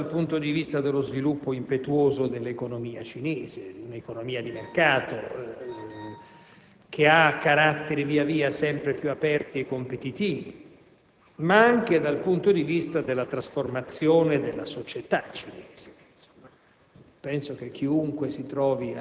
non soltanto dal punto di vista dello sviluppo impetuoso dell'economia cinese, una economia di mercato che ha caratteri via via sempre più aperti e competitivi, ma anche dal punto di vista della trasformazione della società cinese.